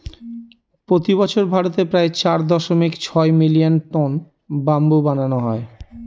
প্রতি বছর ভারতে প্রায় চার দশমিক ছয় মিলিয়ন টন ব্যাম্বু বানানো হয়